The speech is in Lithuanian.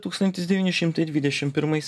tūkstantis devyni šimtai dvidešim pirmais